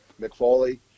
McFoley